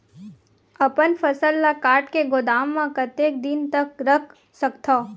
अपन फसल ल काट के गोदाम म कतेक दिन तक रख सकथव?